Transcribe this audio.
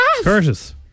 Curtis